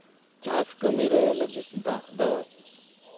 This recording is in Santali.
ᱪᱟᱥ ᱠᱟᱹᱢᱤᱨᱮ ᱞᱟᱹᱜᱤᱫ ᱫᱟᱜ ᱫᱚ